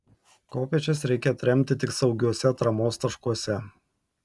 kopėčias reikia atremti tik saugiuose atramos taškuose